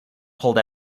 pulled